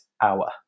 hour